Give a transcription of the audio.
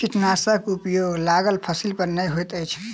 कीटनाशकक उपयोग लागल फसील पर नै होइत अछि